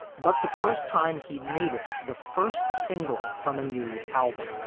but the first time he made it the first single from a new album.